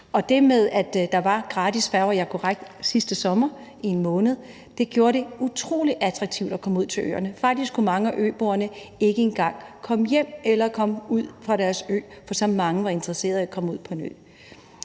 det med, at der var gratis færger – ja, korrekt – sidste sommer i 1 måned, gjorde det utrolig attraktivt at komme ud til øerne. Faktisk kunne mange af øboerne ikke engang komme hjem eller komme ud fra deres ø, for så mange var interesserede i at komme ud på en ø.